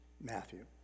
Matthew